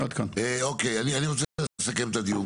אני רוצה לסכם את הדיון.